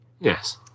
Yes